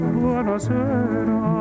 buonasera